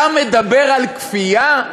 אתה מדבר על כפייה?